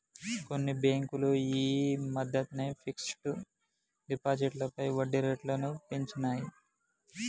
కొన్ని బ్యేంకులు యీ మద్దెనే ఫిక్స్డ్ డిపాజిట్లపై వడ్డీరేట్లను పెంచినియ్